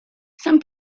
some